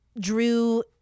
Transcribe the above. drew